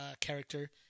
character